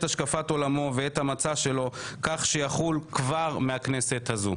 השקפת עולמו ואת המצע שלו כך שיחול כבר מהכנסת הזו.